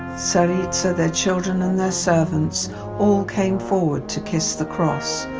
tsaritsa, their children and their servants all came forward to kiss the cross.